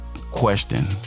question